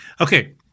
Okay